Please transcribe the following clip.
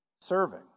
Serving